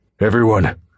Everyone